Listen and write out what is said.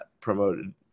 promoted